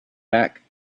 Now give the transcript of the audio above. back